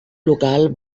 local